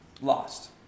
lost